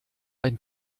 ein